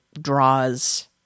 draws